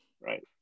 right